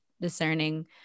discerning